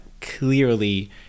clearly